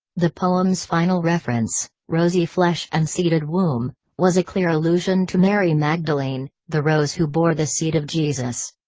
the poem's final reference rosy flesh and seeded womb was a clear allusion to mary magdalene, the rose who bore the seed of jesus.